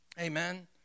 amen